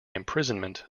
imprisonment